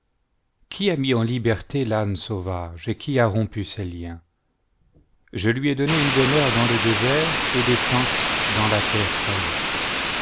qui a rais en liberté l'âne sauvage et qui a rompu ses liens je lui ai donné une demeure dans le désert et des tentes dans la terre salée